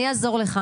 אני אעזור לך.